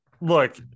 look